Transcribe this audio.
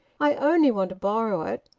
i only want to borrow it.